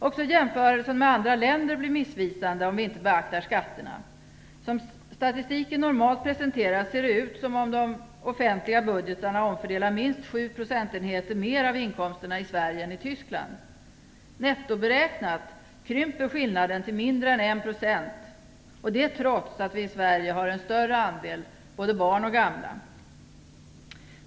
Också jämförelsen med andra länder blir missvisande om vi inte beaktar skatterna. Som statistiken normalt presenteras ser det ut som om de offentliga budgetarna omfördelas minst 7 procentenheter mer av inkomsterna i Sverige än i Tyskland. Netto beräknat krymper skillnaden till mindre än 1 %. Det är trots att vi i Sverige har en större andel barn och gamla.